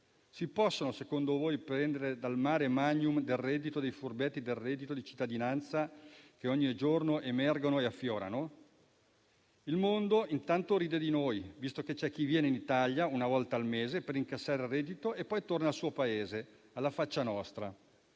si possono prendere dal *mare magnum* del reddito dei furbetti del reddito di cittadinanza che ogni giorno emergono e affiorano? Il mondo intanto ride di noi, visto che c'è chi viene in Italia una volta al mese per incassare il reddito e poi torna al suo Paese, alla faccia nostra.